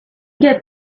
get